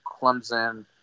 Clemson